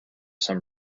some